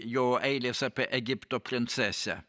jo eilės apie egipto princesę